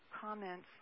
comments